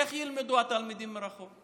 איך התלמידים ילמדו מרחוק?